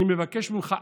אני מבקש ממך,